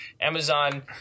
Amazon